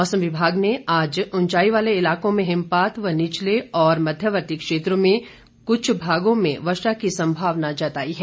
मौसम विभाग ने आज उंचाई वाले इलाकों में हिमपात व निचले और मध्यवर्ती क्षेत्रों में कुछ भागों में वर्षा की संभावना जताई है